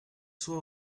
soit